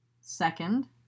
Second